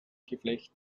geflecht